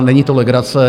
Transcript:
Není to legrace.